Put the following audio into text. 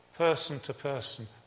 person-to-person